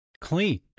clean